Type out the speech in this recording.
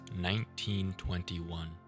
1921